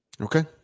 Okay